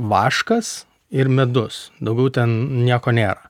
vaškas ir medus daugiau ten nieko nėra